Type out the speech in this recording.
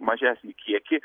mažesnį kiekį